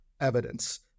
evidence